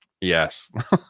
yes